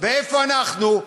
ואיפה אנחנו?